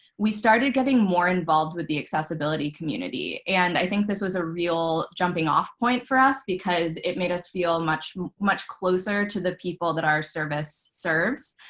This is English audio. we started getting more involved with the accessibility community. and i think this was a real jumping off point for us because it made us feel much much closer to the people that our service serves.